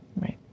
Right